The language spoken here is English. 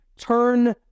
Turn